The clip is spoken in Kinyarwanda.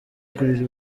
kuri